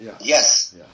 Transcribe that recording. yes